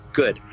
good